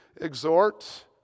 exhort